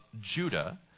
Judah